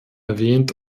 erwähnt